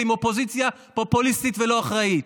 ועם אופוזיציה פופוליסטית ולא אחראית.